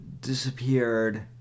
disappeared